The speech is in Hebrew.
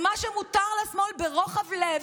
ומה שמותר לשמאל ברוחב לב,